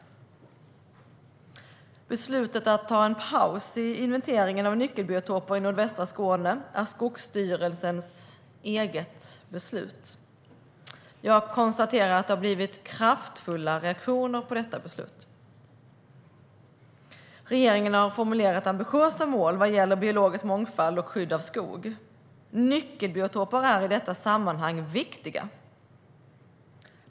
Beslutet att ta en paus i inventeringen av nyckelbiotoper i nordvästra Sverige är Skogsstyrelsens eget beslut. Jag konstaterar att det har blivit kraftfulla reaktioner på detta beslut. Regeringen har formulerat ambitiösa mål vad gäller biologisk mångfald och skydd av skog. Nyckelbiotoper är i detta sammanhang viktiga.